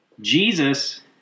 Jesus